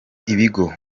ibigo